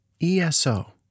ESO